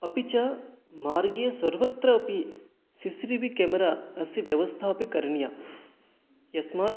अपि च मार्गे सर्वत्र अपि सिसिरिवि केमेरा अस्य व्यवस्था अपि करणीया यस्मात्